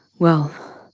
well.